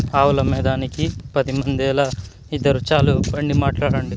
ఆవులమ్మేదానికి పది మందేల, ఇద్దురు చాలు బండి మాట్లాడండి